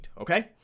Okay